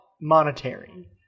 monetary